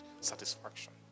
satisfaction